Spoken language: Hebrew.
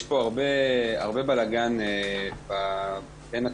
יש פה הרבה בלגן בן התכניות.